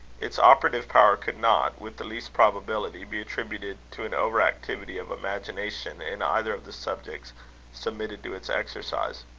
its operative power could not, with the least probability, be attributed to an over-activity of imagination in either of the subjects submitted to its exercise.